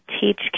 teach